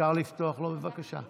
אפשר לפתוח לו, בבקשה?